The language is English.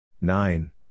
Nine